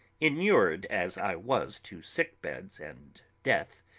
inured as i was to sick beds and death,